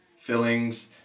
fillings